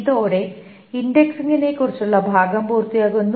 ഇതോടെ ഇൻഡെക്സിംഗിനെക്കുറിച്ചുള്ള ഭാഗം പൂർത്തിയാകുന്നു